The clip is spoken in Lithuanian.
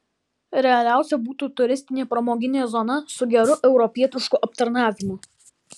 realiausia būtų turistinė pramoginė zona su geru europietišku aptarnavimu